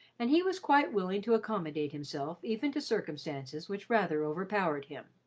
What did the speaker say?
and he was quite willing to accommodate himself even to circumstances which rather overpowered him.